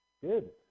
Good